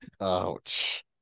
Ouch